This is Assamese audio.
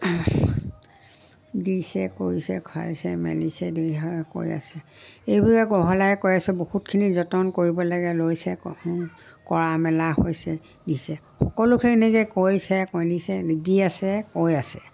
দিছে কৰিছে খুৱাইছে মেলিছে কৈ আছে এইবিলাক বহলাই কৈ আছেোঁ বহুতখিনি যতন কৰিব লাগে লৈছে কৰা মেলা হৈছে দিছে সকলোখিনিকে কৈছে দি আছে কৈ আছে